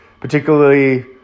particularly